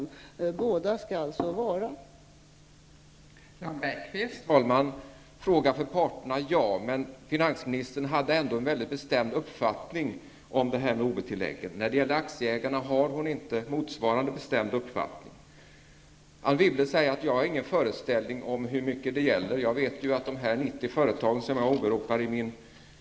Om båda dessa saker gäller att det skall så vara.